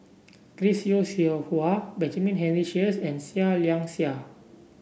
Chris Yeo Siew Hua Benjamin Henry Sheares and Seah Liang Seah